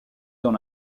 dans